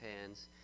hands